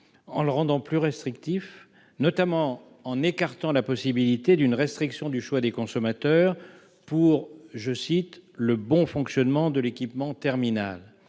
en le rendant plus restrictif, notamment en écartant la possibilité d'une restriction du choix des consommateurs pour le « bon fonctionnement de l'équipement terminal ».